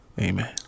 Amen